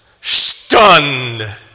stunned